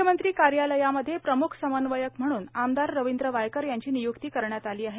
मुख्यमंत्री कार्यालयामध्ये प्रमुख समन्वयक म्हणून आमदार रविंद्र वायकर यांची नियुक्ती करण्यात आली आहे